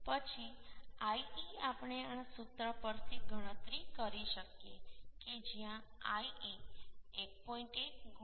પછી le આપણે આ સૂત્ર પરથી ગણતરી કરી શકીએ કે જ્યાં le 1